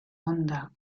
honda